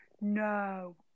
No